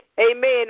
Amen